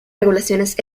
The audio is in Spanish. regulaciones